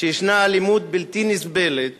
שישנה אלימות בלתי נסבלת